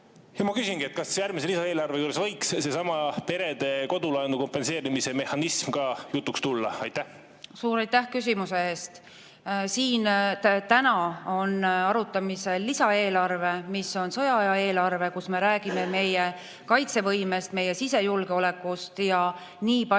Ma küsingi: kas järgmise lisaeelarve juures võiks seesama perede kodulaenu kompenseerimise mehhanism ka jutuks tulla? Suur aitäh küsimuse eest! Siin on täna arutamisel lisaeelarve, mis on sõjaaja eelarve, kus me räägime meie kaitsevõimest, meie sisejulgeolekust ja nii palju